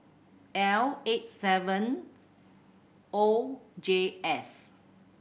L eight seven O J S